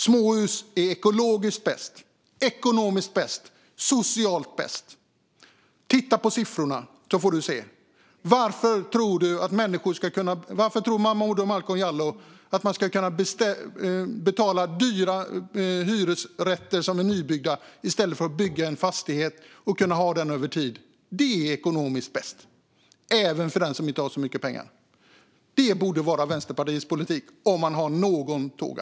Småhus är ekologiskt, ekonomiskt och socialt bäst. Titta på siffrorna så får du se. Varför menar Momodou Malcolm Jallow att man ska betala för en dyr nybyggd hyresrätt i stället för att bygga en fastighet och kunna ha den över tid? Det är ekonomiskt bäst, även för den som inte har så mycket pengar. Detta borde vara Vänsterpartiets politik, om man hade någon tåga.